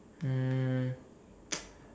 mm